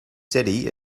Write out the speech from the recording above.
city